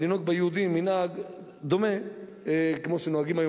אז לנהוג ביהודים מנהג דומה כמו שנוהגים היום